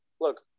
look